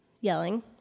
yelling